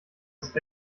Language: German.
ist